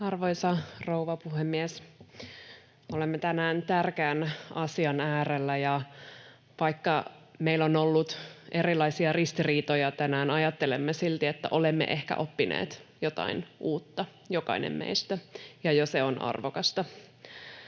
Arvoisa rouva puhemies! Olemme tänään tärkeän asian äärellä, ja vaikka meillä on ollut erilaisia ristiriitoja tänään, ajattelemme silti, että olemme ehkä oppineet jotain uutta, jokainen meistä, ja jo se on arvokasta.